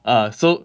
ah so